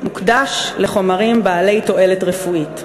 מוקדש לחומרים בעלי תועלת רפואית.